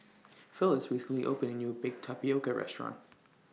Phyliss recently opened A New Baked Tapioca Restaurant